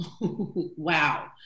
Wow